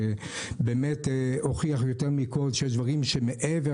שבאמת הוכיח יותר מכל שיש דברים שמעבר